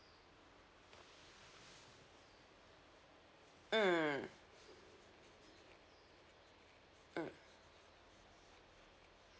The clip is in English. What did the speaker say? mm mm